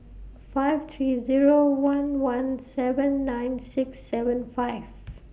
five three Zero one one seven nine six seven five